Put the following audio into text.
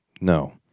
No